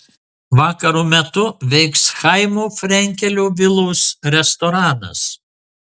vakaro metu veiks chaimo frenkelio vilos restoranas